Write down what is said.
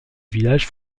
village